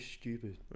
stupid